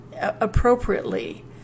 appropriately